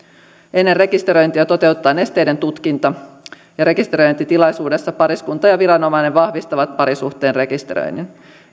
ennen rekisteröintiä toteutetaan esteiden tutkinta ja rekisteröintitilaisuudessa pariskunta ja viranomainen vahvistavat parisuhteen rekisteröinnin